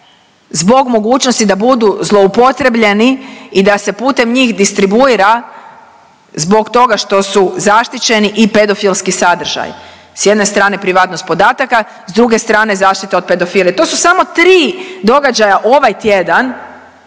zbog mogućnosti da budu zloupotrijebljeni i da se putem njih distribuira zbog toga što su zaštićeni i pedofilski sadržaji. S jedne strane privatnost podataka, s druge strane zaštita od pedofilije. To su samo tri događaja ovaj tjedan